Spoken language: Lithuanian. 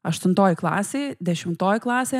aštuntoj klasėj dešimtoj klasėj